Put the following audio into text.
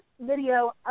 video